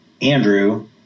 Andrew